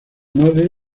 madre